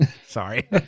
Sorry